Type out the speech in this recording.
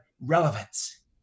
relevance